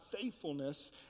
faithfulness